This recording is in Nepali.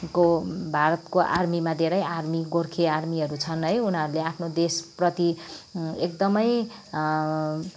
को भारतको आर्मीमा धेरै आर्मी गोर्खे आर्मीहरू छन् है उनीहरूले आफ्नो देशप्रति एकदमै